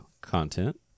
content